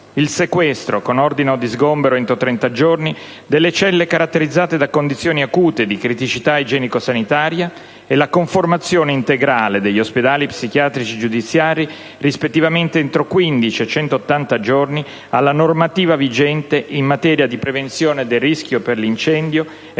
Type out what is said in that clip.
il sequestro, con ordine di sgombero entro 30 giorni, delle celle caratterizzate da condizioni acute di criticità igienico-sanitaria e la conformazione integrale degli ospedali psichiatrici giudiziari - rispettivamente entro 15 e 180 giorni - alla normativa vigente in materia di prevenzione del rischio di incendio